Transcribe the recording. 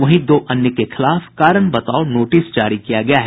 वहीं दो अन्य के खिलाफ कारण बताओ नोटिस जारी किया गया है